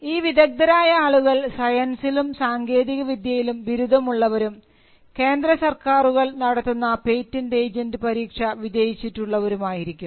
ഈ വിദഗ്ധരായ ആളുകൾ സയൻസിലും സാങ്കേതികവിദ്യയിലും ബിരുദം ഉള്ളവരും കേന്ദ്ര സർക്കാറുകൾ നടത്തുന്ന പേറ്റന്റ് ഏജൻറ് പരീക്ഷ വിജയിച്ചിട്ടുള്ളവരുമായിരിക്കും